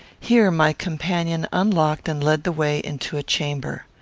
here my companion unlocked and led the way into a chamber.